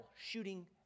shooting